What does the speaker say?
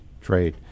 trade